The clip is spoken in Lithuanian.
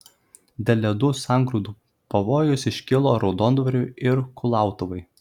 dėl ledų sangrūdų pavojus iškilo raudondvariui ir kulautuvai